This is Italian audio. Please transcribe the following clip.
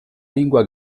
lingua